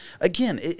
Again